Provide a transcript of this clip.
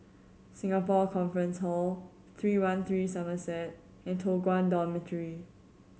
Singapore Conference Hall Three One Three Somerset and Toh Guan Dormitory